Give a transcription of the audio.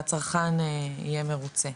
והצרכן יהיה מרוצה.